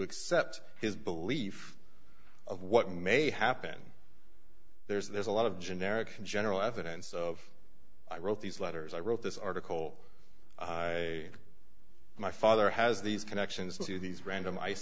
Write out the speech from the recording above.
accept his belief of what may happen there's a lot of generic and general evidence of i wrote these letters i wrote this article a my father has these connections to these random ice